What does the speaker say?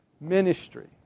ministry